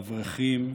אברכים,